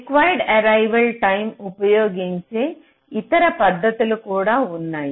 required arrival time ఉపయోగించే ఇతర పద్ధతులు కూడా ఉన్నాయి